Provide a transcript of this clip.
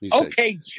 Okay